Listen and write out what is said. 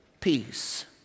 peace